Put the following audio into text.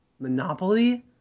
Monopoly